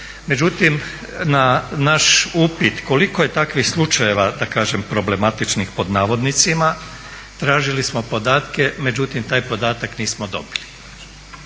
međutim na naš upit koliko je takvih slučajeva da kažem "problematičnih" pod navodnicima tražili smo podatke, međutim taj podatak nismo dobili.